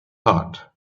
hot